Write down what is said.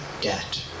debt